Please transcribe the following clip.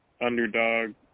underdog